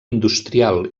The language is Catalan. industrial